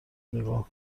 نگاه